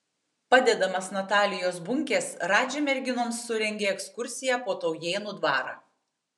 padedamas natalijos bunkės radži merginoms surengė ekskursiją po taujėnų dvarą